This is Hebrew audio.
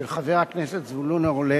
של חבר הכנסת זבולון אורלב,